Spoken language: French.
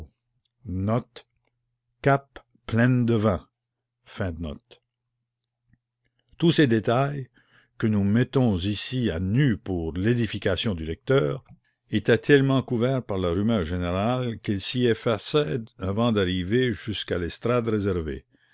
tous ces détails que nous mettons ici à nu pour l'édification du lecteur étaient tellement couverts par la rumeur générale qu'ils s'y effaçaient avant d'arriver jusqu'à l'estrade réservée